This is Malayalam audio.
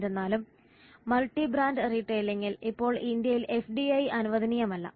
എന്നിരുന്നാലും മൾട്ടി ബ്രാൻഡ് റീട്ടെയിലിംഗിൽ ഇപ്പോൾ ഇന്ത്യയിൽ എഫ്ഡിഐ അനുവദനീയമല്ല